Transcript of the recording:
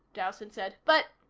dowson said. but